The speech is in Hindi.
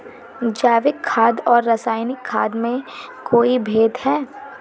जैविक खाद और रासायनिक खाद में कोई भेद है?